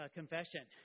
confession